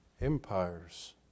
empires